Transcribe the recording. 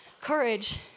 courage